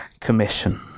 commission